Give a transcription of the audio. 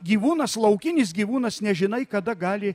gyvūnas laukinis gyvūnas nežinai kada gali